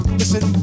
listen